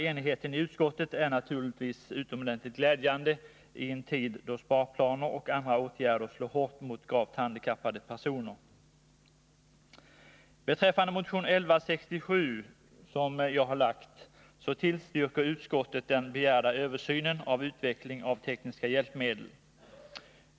Enigheten i utskottet är naturligtvis utomordentligt glädjande i en tid då sparplaner och andra åtgärder slår hårt mot gravt handikappade personer. Beträffande motion 1167, som jag har väckt, är att säga att utskottet har tillstyrkt den begärda översynen av utveckling av tekniska hjälpmedel.